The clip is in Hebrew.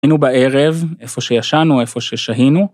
היינו בערב, איפה שישנו, איפה ששהינו.